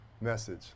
message